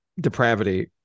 depravity